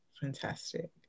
Fantastic